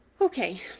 Okay